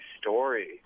story